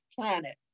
planet